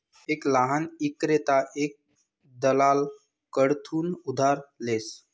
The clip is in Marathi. एक लहान ईक्रेता एक दलाल कडथून उधार लेस